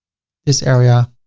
this area,